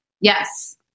Yes